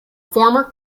former